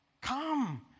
Come